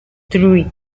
three